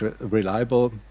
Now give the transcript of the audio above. reliable